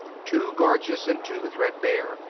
too gorgeous and too thread-bare,